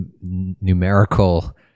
numerical